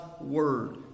Word